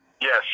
Yes